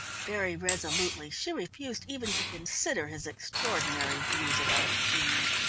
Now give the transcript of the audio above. very resolutely she refused even to consider his extraordinary views about jean.